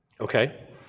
okay